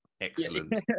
Excellent